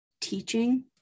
teaching